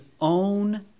own